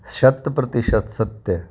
शत प्रतिशत सत्य